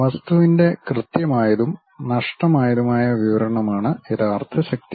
വസ്തുവിന്റെ കൃത്യമായതും സ്പഷ്ടമായതുമായ വിവരണമാണ് യഥാർത്ഥ ശക്തി